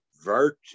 virtue